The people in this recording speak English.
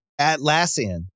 Atlassian